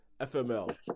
FML